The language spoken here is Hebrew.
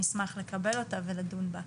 נשמח לקבל אותה ולדון בה.